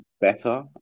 better